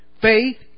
Faith